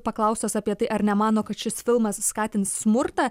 paklaustas apie tai ar nemano kad šis filmas skatins smurtą